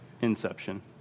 Inception